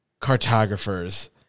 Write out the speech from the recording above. cartographers